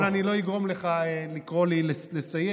אבל אני לא אגרום לך לקרוא לי לסיים.